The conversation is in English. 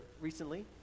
recently